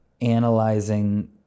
analyzing